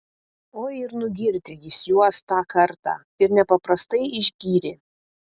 oi ir nugirdė jis juos tą kartą ir nepaprastai išgyrė